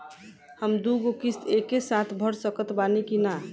हम दु गो किश्त एके साथ भर सकत बानी की ना?